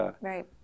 Right